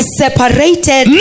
separated